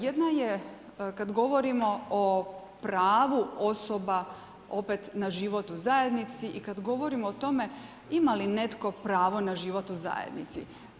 Jedna je kad govorimo o pravu osoba opet na život u zajednici i kad govorimo o tome ima li netko pravo na život u zajednici.